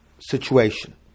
situation